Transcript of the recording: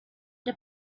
the